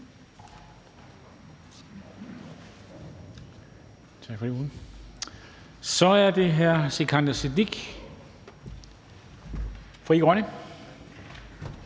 Så er det hr. Sikandar Siddique, Frie Grønne.